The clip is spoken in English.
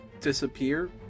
disappear